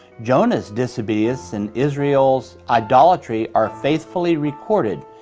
jonah's disobedience and israel's idolatry are faithfully recorded.